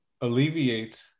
alleviate